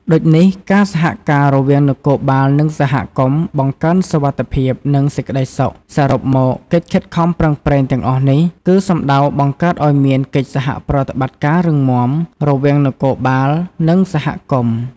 ដូចនេះការសហការរវាងនគរបាល និងសហគមន៍ បង្កើនសុវត្ថិភាព និងសេចក្តីសុខ សរុបមក កិច្ចខិតខំប្រឹងប្រែងទាំងអស់នេះ គឺសំដៅបង្កើតឲ្យមានកិច្ចសហប្រតិបត្តិការរឹងមាំ រវាងនគរបាល និងសហគមន៍។